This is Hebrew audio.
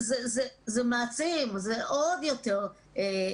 זה מעצים את הבעיה.